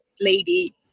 lady